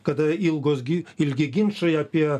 kada ilgos gi ilgi ginčai apie